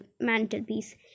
mantelpiece